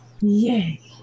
Yay